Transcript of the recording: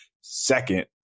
second